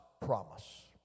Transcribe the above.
promise